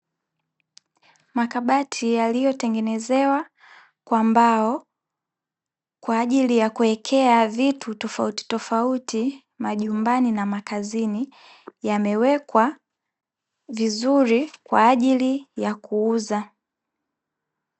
Makabati yaliyotengenezewa kwa mbao, kwa ajili ya kuwekea vitu tofautitofauti majumbani na makazini, yamewekwa vizuri kwa ajili ya kuuza.